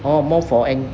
orh more for N~